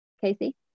Casey